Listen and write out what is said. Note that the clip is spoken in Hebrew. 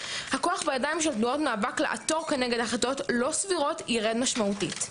הכוח בידיים של תנועות מאבק לעתור כנגד החלטות לא סבירות ירד משמעותית.